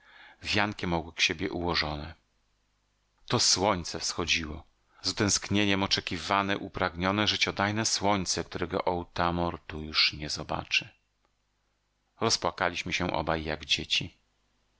wiankiem obok siebie ułożone to słońce wschodziło z utęsknieniem oczekiwane upragnione życiodajne słońce którego otamor tu już nie zobaczy rozpłakaliśmy się obaj jak dzieci